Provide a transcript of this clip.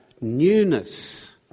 newness